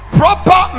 proper